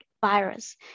virus